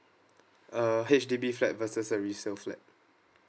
uh H_D_B flat versus a resale flat